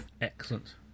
Excellent